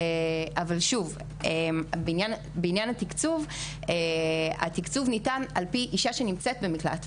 אבל התקצוב ניתן לפי אישה שנמצאת במקלט,